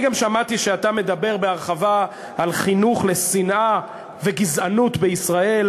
אני גם שמעתי שאתה מדבר בהרחבה על חינוך לשנאה וגזענות בישראל